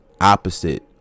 opposite